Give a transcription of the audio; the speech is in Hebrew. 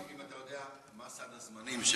האם אתה יודע מה סד הזמנים?